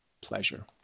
pleasure